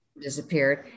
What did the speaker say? disappeared